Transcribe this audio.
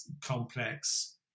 complex